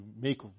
make